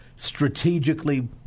strategically